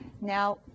Now